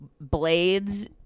Blades